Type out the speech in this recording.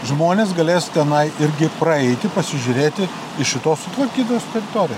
žmonės galės tenai irgi praeiti pasižiūrėti į šitos sutvarkytos teritoriją